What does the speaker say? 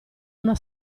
una